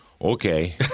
Okay